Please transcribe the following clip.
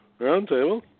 roundtable